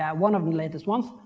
yeah one of the latest ones.